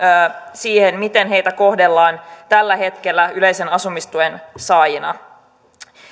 siihen miten heitä kohdellaan tällä hetkellä yleisen asumistuen saajina